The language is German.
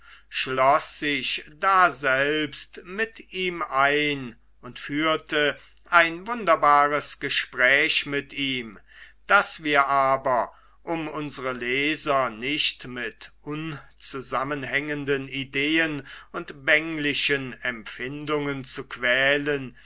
schloß sich daselbst mit ihm ein und führte ein wunderbares gespräch mit ihm das wir aber um unsere leser nicht mit unzusammenhängenden ideen und bänglichen empfindungen zu quälen